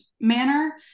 manner